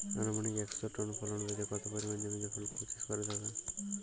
আনুমানিক একশো টন ফলন পেতে কত পরিমাণ জমিতে ফুলকপির চাষ করতে হবে?